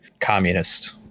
communist